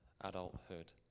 adulthood